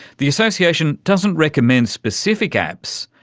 the association doesn't recommend specific apps,